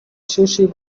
sushi